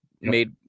made